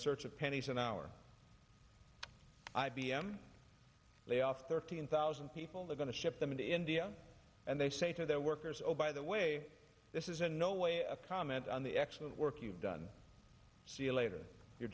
search of pennies an hour i b m lay off thirteen thousand people they're going to ship them to india and they say to their workers oh by the way this is in no way a comment on the excellent work you've done later you